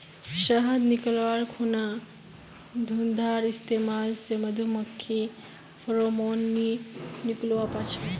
शहद निकाल्वार खुना धुंआर इस्तेमाल से मधुमाखी फेरोमोन नि निक्लुआ पाछे